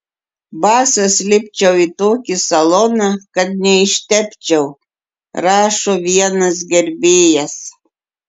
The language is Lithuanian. basas lipčiau į tokį saloną kad neištepčiau rašo vienas gerbėjas